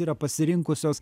yra pasirinkusios